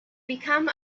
become